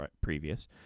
previous